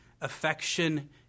affection